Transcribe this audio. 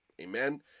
Amen